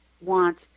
want